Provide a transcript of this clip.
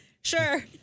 Sure